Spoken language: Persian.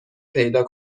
پیدا